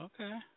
okay